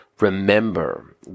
remember